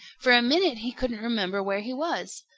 for a minute he couldn't remember where he was.